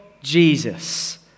Jesus